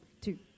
two